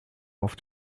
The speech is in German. auf